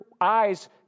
eyes